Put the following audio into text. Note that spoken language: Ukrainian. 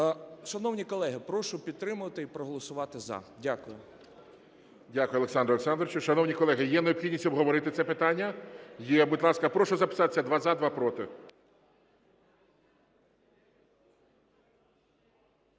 Шановні колеги, прошу підтримати і проголосувати "за". Дякую. ГОЛОВУЮЧИЙ. Дякую, Олександр Олександрович. Шановні колеги, є необхідність обговорити це питання? Є. Будь ласка, прошу записатись: два – за, два – проти.